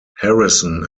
harrison